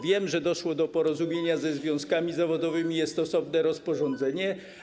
Wiem, że doszło do porozumienia ze związkami zawodowymi, jest osobne rozporządzenie.